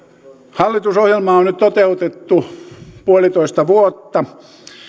hallitusohjelmaa on nyt toteutettu puolitoista vuotta